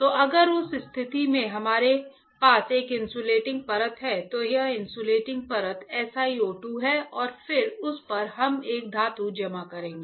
तो अगर उस स्थिति में हमारे पास एक इन्सुलेटिंग परत है तो यह इन्सुलेटिंग परत SiO2 है और फिर उस पर हम एक धातु जमा करेंगे